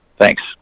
Thanks